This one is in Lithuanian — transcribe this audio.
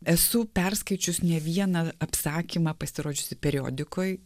esu perskaičius ne vieną apsakymą pasirodžiusį periodikoj